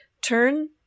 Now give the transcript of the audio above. turn